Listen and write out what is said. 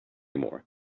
more